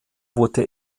wurde